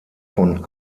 von